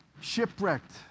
Shipwrecked